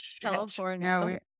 California